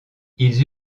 ils